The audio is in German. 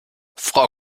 frau